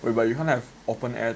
wait but you can't have open air